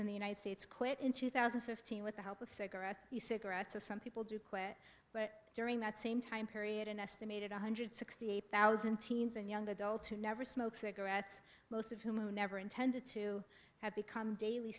in the united states quit in two thousand and fifteen with the help of cigarettes cigarettes or some people who quit but during that same time period an estimated one hundred sixty eight thousand teens and young adults who never smoked cigarettes most of whom never intended to have become daily